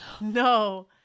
No